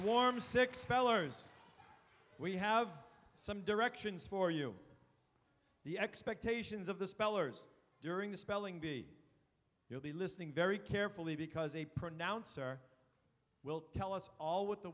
six spellers we have some directions for you the expectations of the spellers during the spelling bee you'll be listening very carefully because a pronouncer will tell us all what the